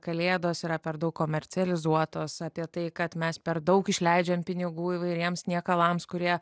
kalėdos yra per daug komercializuotos apie tai kad mes per daug išleidžiam pinigų įvairiems niekalams kurie